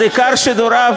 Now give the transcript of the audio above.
אז עיקר שידוריו,